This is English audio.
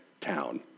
town